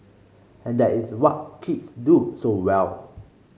and that is what kids do so well